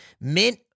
Mint